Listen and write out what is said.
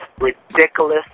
ridiculous